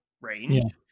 range